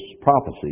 prophecy